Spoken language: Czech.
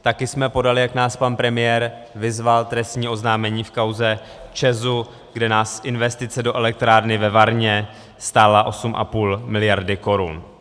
Taky jsme podali, jak nás pan premiér vyzval, trestní oznámení v kauze ČEZu, kde nás investice do elektrárny ve Varně stála 8,5 miliardy korun.